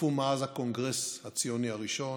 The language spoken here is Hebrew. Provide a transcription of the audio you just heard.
חלפו מאז הקונגרס הציוני הראשון,